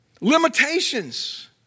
Limitations